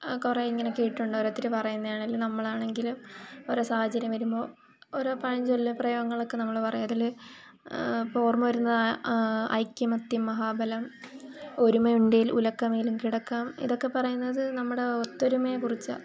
ആ കുറേ ഇങ്ങനെ കേട്ടിട്ടുണ്ട് ഓരോരുത്തർ പറയുന്നതാണേലും നമ്മളാണെങ്കിലും ഓരോ സാഹചര്യം വരുമ്പോൾ ഓരോ പഴഞ്ചൊല്ല് പ്രയോഗങ്ങളൊക്കെ നമ്മൾ പറയും അതിൽ ഇപ്പം ഓർമ്മ വരുന്ന ഐക്യമത്യം മഹാബലം ഒരുമയുണ്ടേൽ ഉലക്കമേലും കിടക്കാം ഇതൊക്കെ പറയുന്നത് നമ്മുടെ ഒത്തൊരുമയെക്കുറിച്ചാണ്